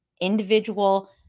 individual